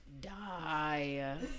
die